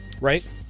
right